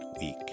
week